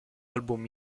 album